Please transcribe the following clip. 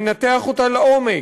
מנתח אותה לעומק,